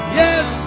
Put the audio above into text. yes